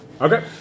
Okay